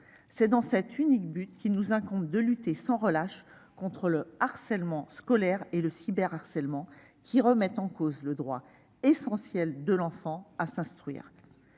C'est dans cet unique but qu'il nous incombe de lutter sans relâche contre le harcèlement scolaire et le cyberharcèlement, qui remettent en cause le droit essentiel de l'enfant à s'instruire